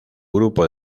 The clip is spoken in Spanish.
grupo